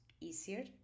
easier